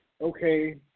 okay